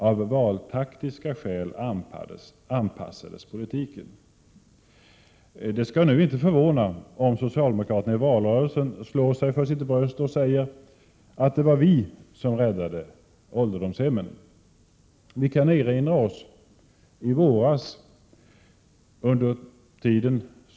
Av valtaktiska skäl anpassades politiken. Det skulle inte förvåna om socialdemokraterna i valrörelsen slår sig för sitt bröst och säger att det var socialdemokraterna som räddade ålderdomshemmen.